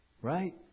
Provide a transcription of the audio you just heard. Right